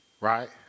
right